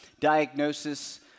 diagnosis